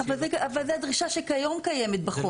--- אבל זו דרישה שכיום קיימת בחוק.